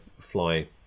fly